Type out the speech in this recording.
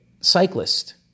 cyclist